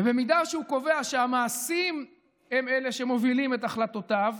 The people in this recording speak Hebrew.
ובמידה שהוא קובע שהמעשים הם אלה שמובילים את החלטותיו,